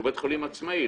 שהוא בית חולים עצמאי,